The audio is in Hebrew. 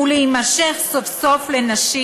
ולהימשך סוף-סוף לנשים,